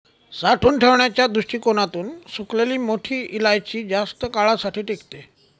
साठवून ठेवण्याच्या दृष्टीकोणातून सुकलेली मोठी इलायची जास्त काळासाठी टिकते